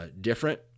different